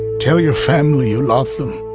tell your family you love them.